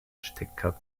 stecker